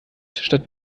statt